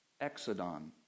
exodon